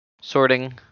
Sorting